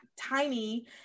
tiny